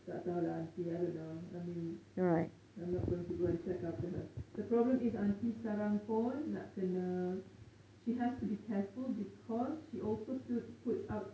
tak tahu lah auntie I don't know I mean I'm not going to go check after her the problem is auntie sekarang pun nak kena she has to be careful because she also puts out uh